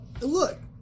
Look